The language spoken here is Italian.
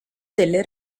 delle